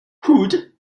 hood